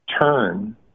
turn